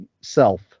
self